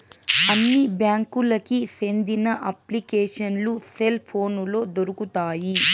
అన్ని బ్యాంకులకి సెందిన అప్లికేషన్లు సెల్ పోనులో దొరుకుతాయి